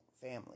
family